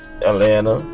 Atlanta